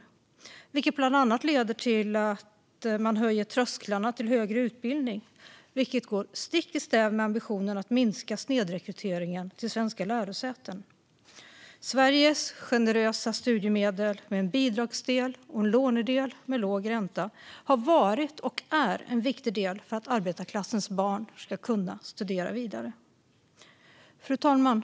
Det leder bland annat till att man höjer trösklarna till högre utbildning, vilket går stick i stäv med ambitionen att minska snedrekryteringen till svenska lärosäten. Sveriges generösa studiemedel, med en bidragsdel och en lånedel med låg ränta, har varit och är en viktig del för att arbetarklassens barn ska kunna studera vidare. Fru talman!